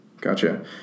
Gotcha